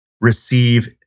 receive